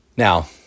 Now